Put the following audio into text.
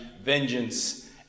vengeance